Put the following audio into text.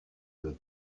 deux